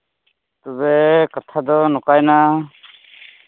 ᱛᱚᱵᱮ ᱠᱟᱛᱷᱟ ᱫᱚ ᱱᱚᱝᱠᱟᱭᱮᱱᱟ